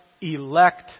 elect